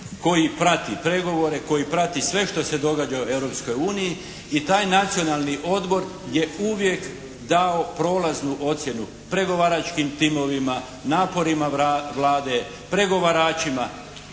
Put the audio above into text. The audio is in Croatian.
koji prati pregovore, koji prati sve što se događa u Europskoj uniji i taj Nacionalni odbor je uvijek dao prolaznu ocjenu pregovaračkim timovima, naporima Vlade, pregovaračima.